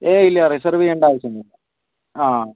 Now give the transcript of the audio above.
ഏയ് ഇല്ല റിസേർവ് ചെയ്യണ്ട അവശ്യമൊന്നുമില്ല ആ